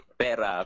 pera